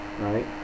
right